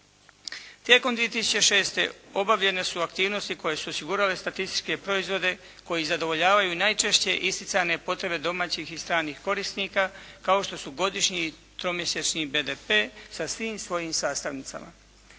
Tijekom 2006. obavljene su aktivnosti koje su osigurale statističke proizvode koji zadovoljavaju najčešće isticane potrebe domaćih i stranih korisnika kao što su godišnji i tromjesečni BDP sa svim svojim sastavnicama.